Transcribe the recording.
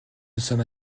sommes